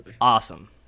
awesome